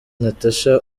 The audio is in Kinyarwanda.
natacha